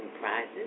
prizes